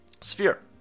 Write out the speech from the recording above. sphere